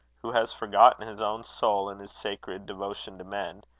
who has forgotten his own soul in his sacred devotion to men,